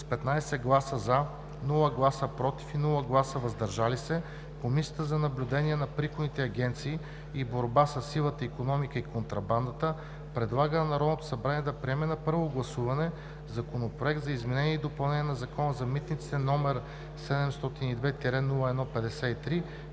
с 15 гласа „за“, без „против“ и „въздържали се“, Комисията за наблюдение на приходните агенции и борба със сивата икономика и контрабандата предлага на Народното събрание да приеме на първо гласуване Законопроект за изменение и допълнение на Закона за митниците, № 702-01-53,